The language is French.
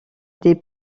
des